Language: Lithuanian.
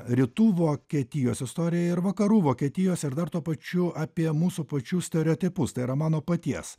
rytų vokietijos istorijoje ir vakarų vokietijos ir dar tuo pačiu apie mūsų pačių stereotipus tai yra mano paties